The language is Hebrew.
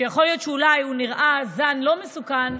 שיכול להיות שאולי הוא נראה זן לא מסוכן,